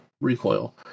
recoil